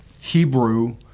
Hebrew